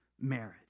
marriage